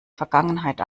vergangenheit